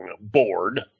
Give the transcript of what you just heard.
board